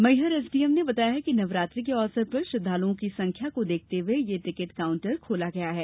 Maihar SDM ने बताया है कि नवरात्रि के अवसर पर श्रद्वालुओं की संख्या को देखते हये ये टिकट काउंटर खोला गया है